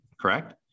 Correct